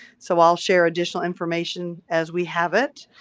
so, i'll share additional information as we have it.